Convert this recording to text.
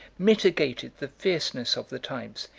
mitigated the fierceness of the times,